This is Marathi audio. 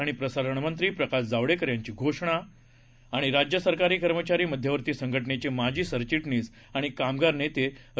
आणिप्रसारणमंत्रीप्रकाशजावडेकरयांचीघोषणा राज्यसरकारीकर्मचारीमध्यवर्तीसंघटनेचेमाजीसरचिटणीसआणिकामगारनेतेर